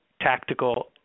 tactical